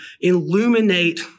illuminate